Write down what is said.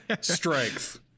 strength